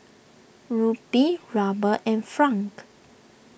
Rupee Ruble and Franc